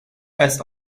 als